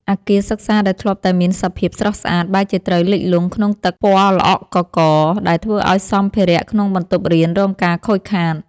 អគារសិក្សាដែលធ្លាប់តែមានសភាពស្រស់ស្អាត បែរជាត្រូវលិចលង់ក្នុងទឹកពណ៌ល្អក់កករ ដែលធ្វើឱ្យសម្ភារក្នុងបន្ទប់រៀនរងការខូចខាត។